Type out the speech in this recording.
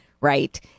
right